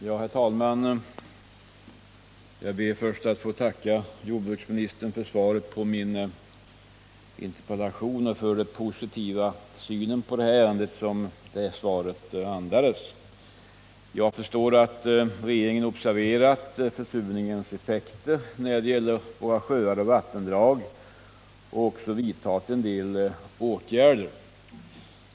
Herr talman! Jag ber att få tacka jordbruksministern för svaret på min interpellation och för den positiva syn på ärendet som det andades. Jag förstår att regeringen har observerat försurningens effekter när det gäller våra sjöar och vattendrag och också vidtagit en hel del åtgärder.